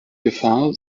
gefahr